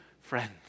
friends